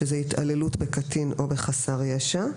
זאת התעללות בקטין או בחסר ישע .